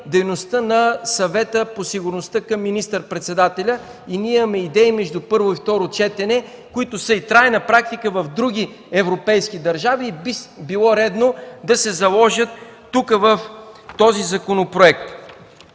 дейността на Съвета по сигурността към министър-председателя – ние имаме идеи между първо и второ четене, които са и трайна практика в други европейски държави и би било редно да се заложат тук, в този законопроект.